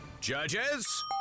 Judges